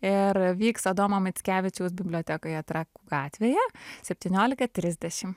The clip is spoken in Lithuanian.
ir vyks adomo mickevičiaus bibliotekoje trakų gatvėje septyniolika trisdešim